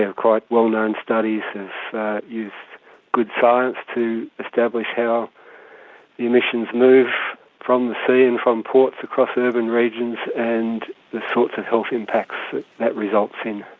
and quite well known studies that have used good science to establish how the emissions move from the sea and from ports across urban regions and the sorts of health impacts that that results in.